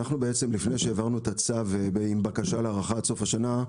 אנחנו בעצם לפני שהעברנו את הצו עם בקשה להארכה עד סוף השנה,